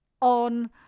on